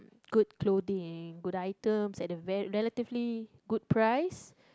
good clothing good items and relatively good price